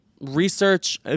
research